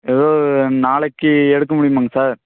ஏதோ நாளைக்கு எடுக்க முடியுமாங்க சார்